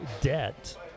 debt